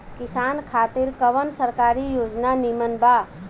किसान खातिर कवन सरकारी योजना नीमन बा?